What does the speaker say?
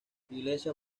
iglesia